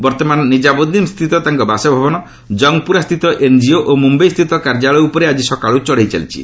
ବର୍ତ୍ତମାନ ନିଜାମୁଦିନ୍ସ୍ରିତ ତାଙ୍କ ବାସଭବନ ଜଙ୍ଗପୁରାସ୍ଥିତ ଏନ୍ଜିଓ ଓ ମୁମ୍ବାଇସ୍ଥିତ କାର୍ଯ୍ୟାଳୟ ଉପରେ ଆକି ସକାଳୁ ଚଢ଼ଉ ଚାଲିଛି